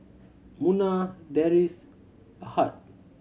Munah Deris Ahad